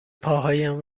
پاهایم